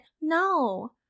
No